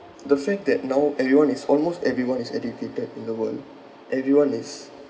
the fact that now everyone is almost everyone is educated in the world everyone is